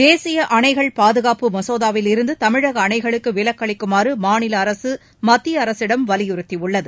தேசிய அணைகள் பாதுகாப்பு மசோதாவிலிருந்து தமிழக அணைகளுக்கு விலக்களிக்குமாறு மாநில அரசு மத்திய அரசிடம் வலியுறுத்தியுள்ளது